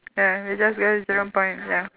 ya we just go to jurong point ya